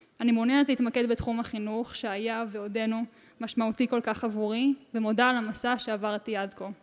אני מעוניינת להתמקד בתחום החינוך שהיה, ועודנו, משמעותי כל כך עבורי ומודה על המסע שעברתי עד כה